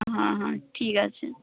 হাঁ হাঁ ঠিক আছে